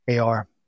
AR